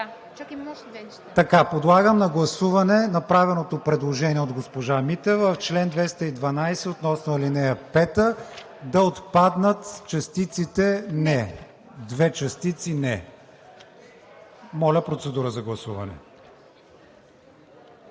Подлагам на гласуване направеното предложение от госпожа Митева в чл. 212 относно ал. 5 да отпаднат частиците „не“, две частици „не“. Моля, процедура за гласуване.